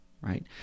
right